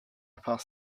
pass